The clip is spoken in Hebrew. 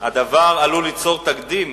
ליצור תקדים.